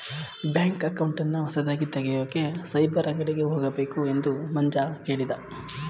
bank ಅಕೌಂಟನ್ನ ಹೊಸದಾಗಿ ತೆಗೆಯೋಕೆ ಸೈಬರ್ ಅಂಗಡಿಗೆ ಹೋಗಬೇಕು ಎಂದು ಮಂಜ ಕೇಳಿದ